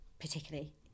particularly